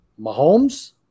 Mahomes